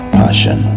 passion